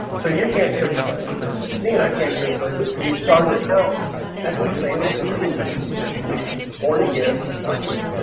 so you can't criticize me and i can't criticize you can we started out at the same starting line like born again start here